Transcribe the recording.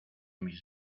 mis